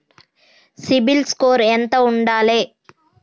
CIBIL score ఎంత ఉండాలే?